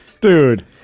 Dude